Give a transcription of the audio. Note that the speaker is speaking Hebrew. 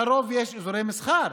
לרוב יש אזורי מסחר